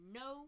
no